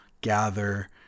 gather